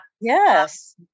Yes